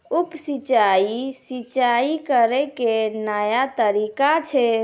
उप सिंचाई, सिंचाई करै के नया तरीका छै